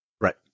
Right